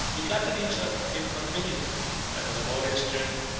he flattered himself that he had contributed, by the laborious journey,